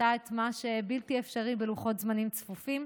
עשתה את מה שבלתי אפשרי בלוחות זמנים צפופים,